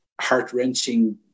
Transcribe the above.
heart-wrenching